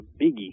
biggie